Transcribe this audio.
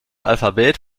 alphabet